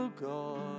God